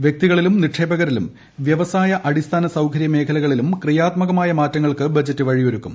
വ്യക്തികളിലും നിക്ഷേപകരിലും വ്യവസായ അടിസ്ഥാന സൌകരൃ മേഖലകളിലും ക്രിയാത്മകമായ മാറ്റങ്ങൾക്ക് ബജറ്റ് വഴിയൊരുക്കും